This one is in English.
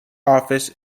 office